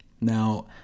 Now